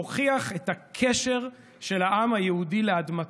כדי להוכיח את הקשר של העם היהודי לאדמתו.